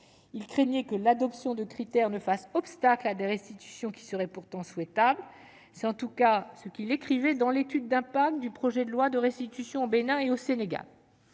Il craignait que l'adoption de critères ne fasse obstacle à des restitutions qui seraient pourtant souhaitables. C'est en tout cas ce qui figure dans l'étude d'impact du projet de loi relatif à la restitution